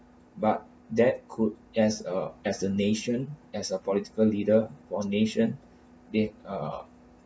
but that could as a as a nation as a political leader for nation that uh